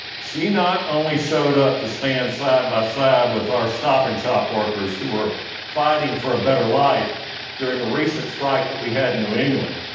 she not only showed up to stand side by side with our stop and shop workers who were fighting for a better life during the recent strike that we had in new england,